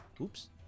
Oops